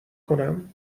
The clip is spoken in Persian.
کنم